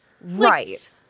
Right